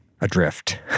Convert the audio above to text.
adrift